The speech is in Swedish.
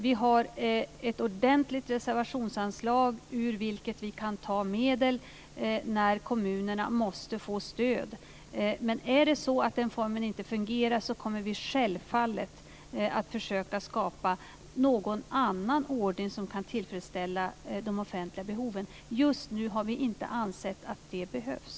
Vi har ett ordentligt reservationsanslag ur vilket vi kan ta medel när kommunerna måste få stöd. Är det så att den formen inte fungerar kommer vi självfallet att försöka skapa någon annan ordning som kan tillfredsställa de offentliga behoven. Just nu har vi inte ansett att det behövs.